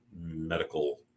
medical